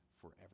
forever